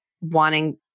wanting